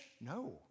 no